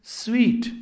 sweet